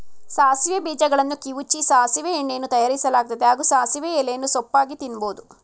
ಸಾಸಿವೆ ಬೀಜಗಳನ್ನು ಕಿವುಚಿ ಸಾಸಿವೆ ಎಣ್ಣೆಯನ್ನೂ ತಯಾರಿಸಲಾಗ್ತದೆ ಹಾಗೂ ಸಾಸಿವೆ ಎಲೆಯನ್ನು ಸೊಪ್ಪಾಗಿ ತಿನ್ಬೋದು